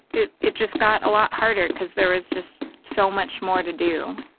it it just got a lot harder cause there was just so much more to do.